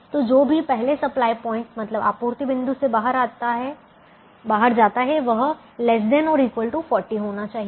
तो जो भी पहले सप्लाई प्वाइंट मतलब आपूर्ति बिंदु से बाहर जाता है वह ≤ 40 होना चाहिए